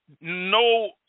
No